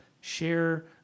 share